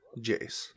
Jace